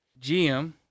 GM